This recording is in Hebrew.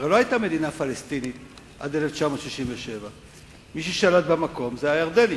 הרי לא היתה מדינה פלסטינית עד 1967. מי ששלט במקום זה היה הירדנים,